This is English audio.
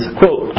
quote